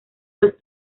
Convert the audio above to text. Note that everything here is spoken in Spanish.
los